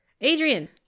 adrian